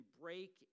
break